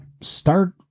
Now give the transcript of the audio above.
start